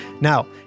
Now